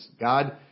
God